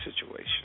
situation